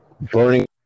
burning